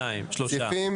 הצבעה בעד 4 נמנעים